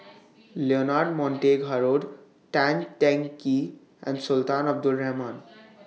Leonard Montague Harrod Tan Teng Kee and Sultan Abdul Rahman